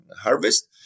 harvest